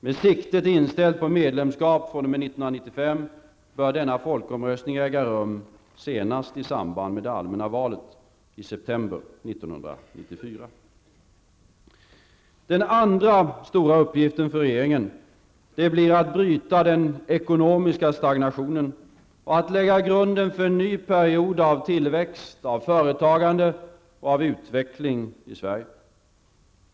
Med siktet inställt på medlemskap fr.o.m. 1995 bör denna folkomröstning äga rum senast i samband med det allmänna valet i september 1994. Den andra stora uppgiften för regeringen blir att bryta den ekonomiska stagnationen och att lägga grunden för en ny period av tillväxt, företagande och utveckling i Sverige.